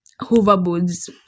hoverboards